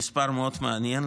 זה מספר מאוד מעניין,